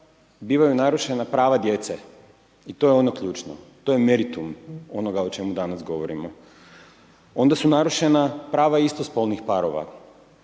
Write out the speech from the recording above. bivaju narušena prava djece i to je ono ključno, to je meritum onoga o čemu danas govorimo. Onda su narušena prava istospolnih parova